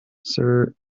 ceres